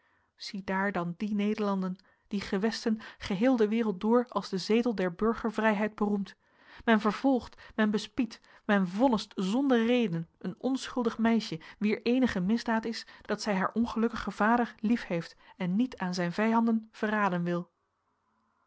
ziedaar dan die nederlanden die gewesten geheel de wereld door als de zetel der burgervrijheid beroemd men vervolgt men bespiedt men vonnist zonder reden een onschuldig meisje wier eenige misdaad is dat zij haar ongelukkigen vader liefheeft en niet aan zijn vijanden verraden wil